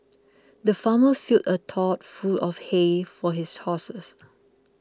the farmer filled a trough full of hay for his horses